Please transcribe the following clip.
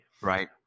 right